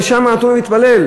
ושם נתנו להתפלל.